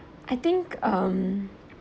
I think um